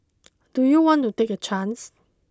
do you want to take a chance